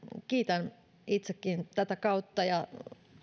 kiitän itsekin tätä kautta ja